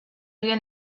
bien